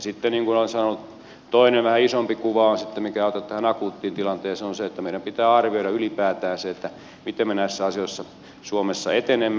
sitten niin kuin olen sanonut toinen vähän isompi kuva mikä ei auta tähän akuuttiin tilanteeseen on se että meidän pitää arvioida ylipäätään se miten me näissä asioissa suomessa etenemme